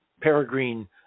peregrine